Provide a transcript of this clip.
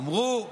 אמרו: